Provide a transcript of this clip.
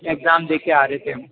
exam देके आ रहे थे हम